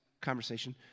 conversation